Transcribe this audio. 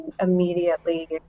immediately